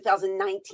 2019